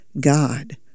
God